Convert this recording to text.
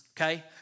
okay